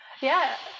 yeah.